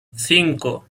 cinco